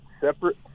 separate